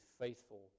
faithful